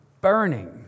burning